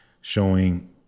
showing